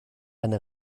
eine